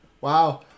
Wow